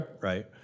Right